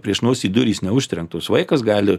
prieš nosį durys neužtrenktos vaikas gali